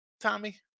Tommy